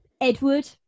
edward